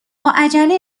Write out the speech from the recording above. عجله